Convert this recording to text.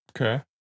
Okay